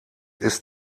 ist